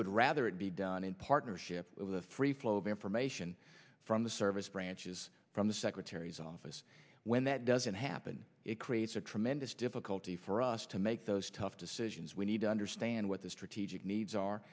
would rather it be done in partnership the free flow of information from the service branches from the secretary's office when that doesn't happen it creates a tremendous difficulty for us to make those tough decisions we need to understand what the strategic needs are